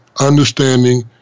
understanding